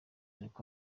niko